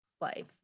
life